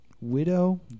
Widow